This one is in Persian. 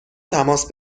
تماس